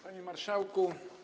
Panie Marszałku!